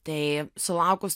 tai sulaukus